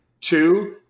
Two